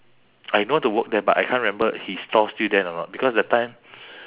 I know to walk there but I can't remember his stall still there or not because that time